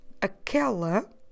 AQUELA